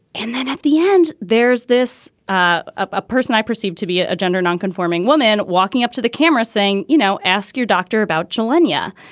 and then at the end, there's this ah person i perceived to be a gender nonconforming woman, walking up to the camera saying, you know, ask your doctor about gilenya.